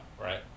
right